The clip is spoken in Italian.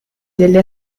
delle